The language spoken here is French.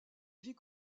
vie